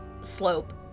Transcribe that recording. slope